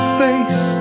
face